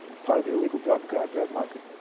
part of the illegal drug drug market.